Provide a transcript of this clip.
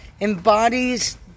embodies